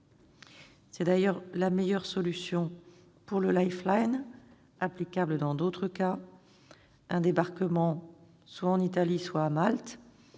C'est, d'ailleurs, la meilleure solution pour le applicable dans d'autres cas : un débarquement soit en Italie, soit à Malte,